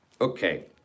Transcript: Okay